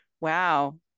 Wow